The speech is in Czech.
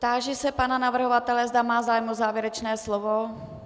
Táži se pana navrhovatele, zda má zájem o závěrečné slovo.